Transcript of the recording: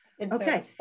okay